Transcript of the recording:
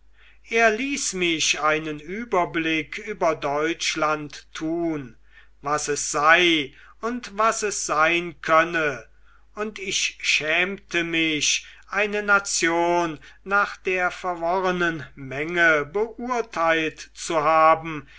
er ließ mich einen überblick über deutschland tun was es sei und was es sein könne und ich schämte mich eine nation nach der verworrenen menge beurteilt zu haben